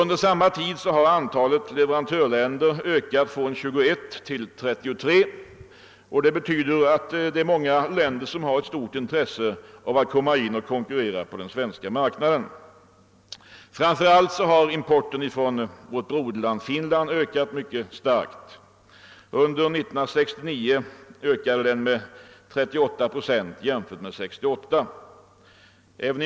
Under samma tid har antalet leverantörsländer ökat från 21 till 33, vilket visar att många länder har stort intresse av att komma in och konkurrera på den svenska marknaden. Framför allt har importen från vårt broderland Finland ökat mycket starkt. Under 1969 ökade den med 38 procent jämfört med 1968.